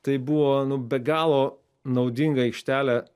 tai buvo nu be galo naudinga aikštelė